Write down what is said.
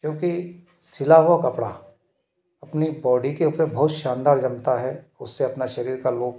क्योंकि सिला हुआ कपड़ा अपनी बॉडी के उपरे बहुत शानदार जमता हैं उससे अपना शरीर का लोग